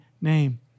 name